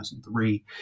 2003